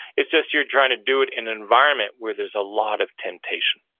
it's just you're trying to do it in an environment where there's a lot of temptation